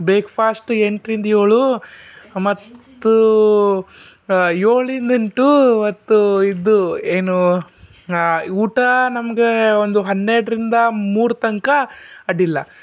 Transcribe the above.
breakfast ಎಂಟರಿಂದ ಏಳು ಮತ್ತು ಏಳರಿಂದ ಎಂಟು ಮತ್ತು ಇದು ಏನು ಊಟ ನಮಗೆ ಒಂದು ಹನ್ನೆರಡರಿಂದ ಮೂರು ತನಕ ಅಡ್ಡಿಯಿಲ್ಲ